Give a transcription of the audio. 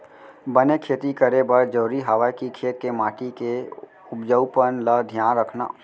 बने खेती करे बर जरूरी हवय कि खेत के माटी के उपजाऊपन ल धियान रखना